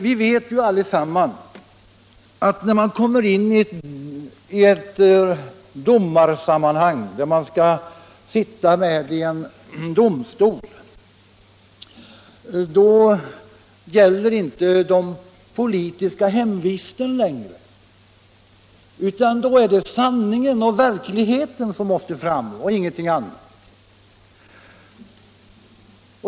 Vi vet allesammans att i domarsammanhang, när man skall sitta med i en domstol, gäller inte den politiska hemvisten längre. Då är det sanningen och verkligheten som måste fram och ingenting annat.